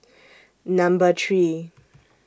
Number three